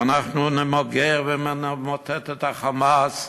שאנחנו נמגר ונמוטט את ה"חמאס",